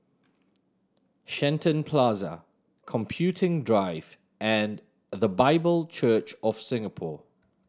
Shenton Plaza Computing Drive and The Bible Church of Singapore